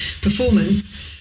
performance